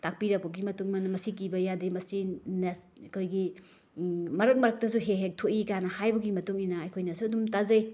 ꯇꯥꯛꯄꯤꯔꯛꯄꯒꯤ ꯃꯇꯨꯡ ꯏꯟꯅ ꯃꯁꯤ ꯀꯤꯕ ꯌꯥꯗꯦ ꯃꯁꯤ ꯑꯩꯈꯣꯏꯒꯤ ꯃꯔꯛ ꯃꯔꯛꯇꯁꯨ ꯍꯦꯛ ꯍꯦꯛ ꯊꯣꯛꯏ ꯀꯥꯏꯅ ꯍꯥꯏꯕꯒꯤ ꯃꯇꯨꯡ ꯏꯟꯅ ꯑꯩꯈꯣꯏꯅꯁꯨ ꯑꯗꯨꯝ ꯇꯥꯖꯩ